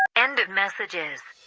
end of messages